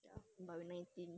ya should be eighteen